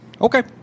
Okay